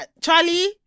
Charlie